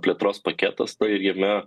plėtros paketas na ir jame